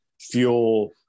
fuel